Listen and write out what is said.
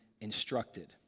instructed